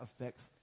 affects